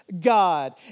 God